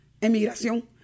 emigración